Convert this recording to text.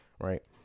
Right